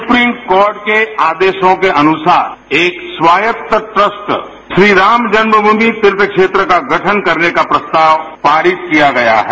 supreme court के आदेशों के अनुसार एक स्वायत्त ट्रस्ट श्री राम जन्मभूमि तीर्थ क्षेत्र का गठन करने का प्रस्ताव पारित किया गया है